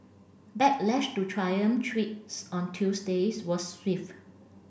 backlash to triumph tweets on Tuesday's was swift